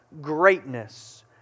greatness